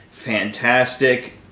fantastic